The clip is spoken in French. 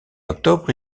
octobre